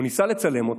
הוא ניסה לצלם אותו,